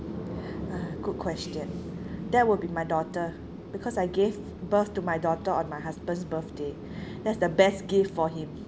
uh good question that would be my daughter because I gave birth to my daughter on my husband's birthday that's the best gift for him